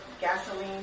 gasoline